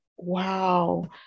wow